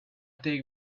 take